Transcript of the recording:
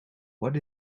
what